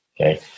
okay